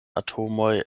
atomoj